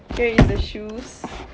here is the shoes